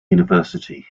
university